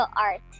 art